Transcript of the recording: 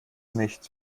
nicht